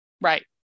Right